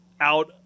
out